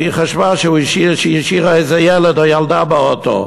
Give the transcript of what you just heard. והוא חשב שהיא השאירה איזה ילד או ילדה באוטו.